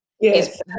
Yes